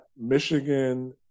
Michigan